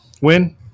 win